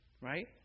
right